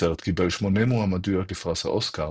הסרט קיבל שמונה מועמדויות לפרס האוסקר,